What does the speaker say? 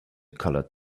colored